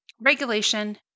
regulation